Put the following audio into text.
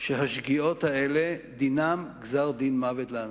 שהשגיאות האלה, דינן גזר-דין מוות לאנשים.